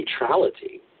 neutrality